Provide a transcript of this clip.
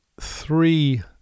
three